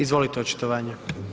Izvolite očitovanje.